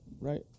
right